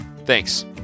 Thanks